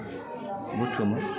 बुथुमो